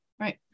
right